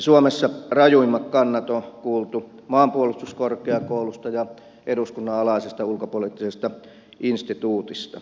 suomessa rajuimmat kannat on kuultu maanpuolustuskorkeakoulusta ja eduskunnan alaisesta ulkopoliittisesta instituutista